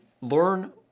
learn